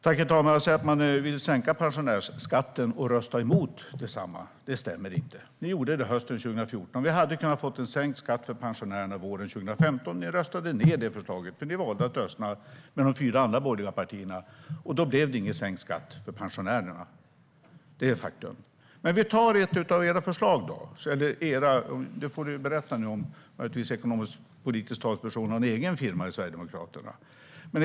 Herr talman! Ni säger att ni vill sänka pensionärsskatten men röstade emot detta. Det här går inte ihop. Ni gjorde detta hösten 2014. Vi hade kunnat få en sänkt skatt för pensionärerna våren 2015, men ni röstade ned det förslaget då ni valde att rösta med de fyra andra borgerliga partierna. Då blev det ingen sänkt skatt för pensionärerna. Detta är ett faktum. Låt oss ta ett av era förslag, om det nu är era - du får väl berätta om den ekonomisk-politiska talespersonen möjligen har en egen firma i Sverigedemokraterna.